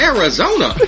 Arizona